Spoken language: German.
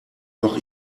noch